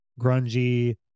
grungy